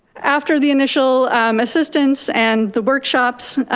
after the initial assistance and the workshops,